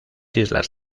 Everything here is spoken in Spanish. islas